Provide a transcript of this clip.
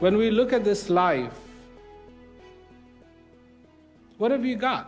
when we look at this life what have you go